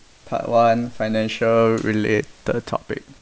part one financial related topic